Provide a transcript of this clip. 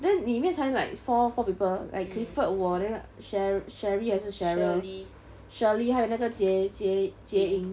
then 里面才 like four four people like clifford 我 then cher~ cherrie 还是 cheryl shirley 还有那个洁洁洁 jie ying